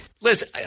Listen